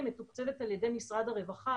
היא מתוקצבת על ידי משרד הרווחה,